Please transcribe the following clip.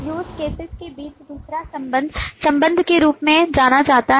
use cases के बीच दूसरा संबंध संबंध के रूप में जाना जाता है